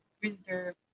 reserve